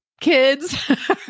kids